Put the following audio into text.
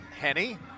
Henny